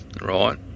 right